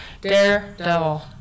Daredevil